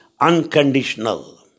unconditional